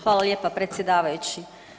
Hvala lijepa predsjedavajući.